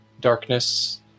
darkness